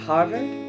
Harvard